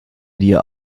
dir